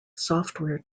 software